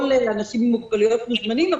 כל האנשים עם המוגבלויות מוזמנים לפנות,